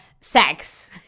sex